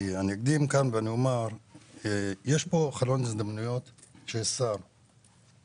אני אקדים ואומר שיש כאן חלון הזדמנויות כאשר יש שר בממשלה,